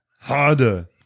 Harder